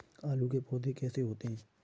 आलू के पौधे कैसे होते हैं?